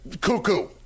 cuckoo